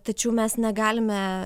tačiau mes negalime